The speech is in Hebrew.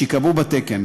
שייקבעו בתקן,